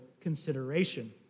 consideration